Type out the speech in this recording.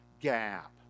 gap